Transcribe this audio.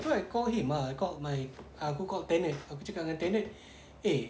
so I call him ah called my aku called tenet aku cakap dengan tenet eh